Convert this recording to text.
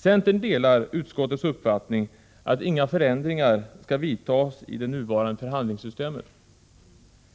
Centern delar utskottets uppfattning att inga förändringar skall vidtas i det nuvarande förhandlingssystemet.